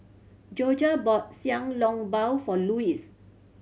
Jorja bought long bao for Luis